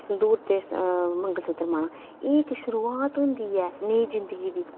संदूर ते अ मंगलसूत्र मना एह् इक शुरुआत होंदी ऐ नेई जिंदगी दी